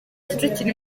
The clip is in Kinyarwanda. kicukiro